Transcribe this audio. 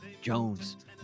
Jones